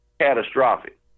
catastrophic